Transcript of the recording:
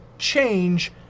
Change